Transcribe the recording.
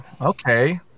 Okay